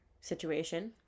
situation